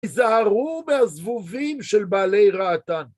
תזהרו מהזבובים של בעלי רעתן.